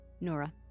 Nora